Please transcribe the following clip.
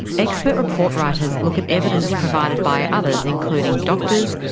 expert report writers look at evidence provided by others including doctors,